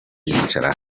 yicara